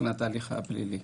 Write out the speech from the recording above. בתהליך הפלילי.